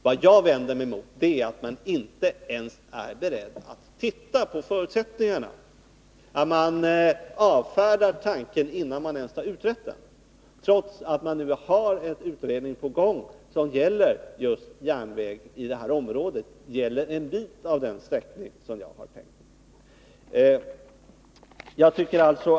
Vad jag vänder mig emot är att man inte ens är beredd att se på förutsättningarna, att man avfärdar tanken, innan man ens har utrett frågan, trots att det pågår en utredning som gäller just byggandet av järnväg i det här området, varvid den sträckning som jag nämnt bara utgör en liten del.